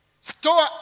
Store